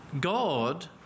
God